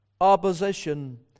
opposition